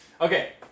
Okay